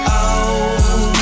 out